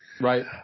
Right